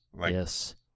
yes